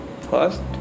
first